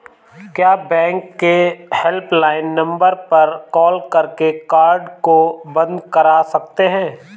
क्या बैंक के helpline number पर कॉल करके कार्ड को बंद करा सकते हैं?